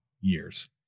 years